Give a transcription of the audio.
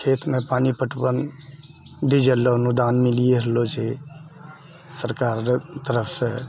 खेतमे पानी पटवन डीजललए अनुदान मिलिए रहलऽ छै सरकाररऽ तरफसँ